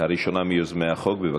הראשונה מיוזמי החוק, בבקשה.